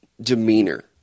demeanor